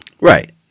Right